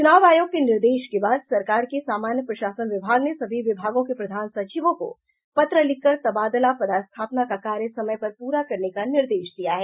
च्रनाव आयोग के निर्देश के बाद सरकार के सामान्य प्रशासन विभाग ने सभी विभागों के प्रधान सचिवों को पत्र लिखकर तबादला पदस्थापना का कार्य समय पर पूरा करने का निर्देश दिया है